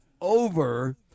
over